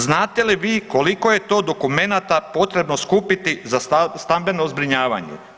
Znate li vi koliko je to dokumenata potrebno skupiti za stambeno zbrinjavanje?